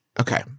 okay